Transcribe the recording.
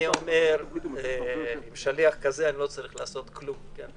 עם שליח כזה אני לא צריך לעשות כלום.